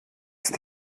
ist